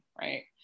right